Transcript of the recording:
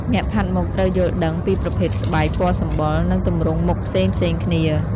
អ្នកផាត់មុខត្រូវយល់ដឹងពីប្រភេទស្បែក ពណ៌សម្បុរ និងទម្រង់មុខផ្សេងៗគ្នា។